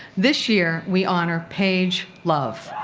this year we honor paige love.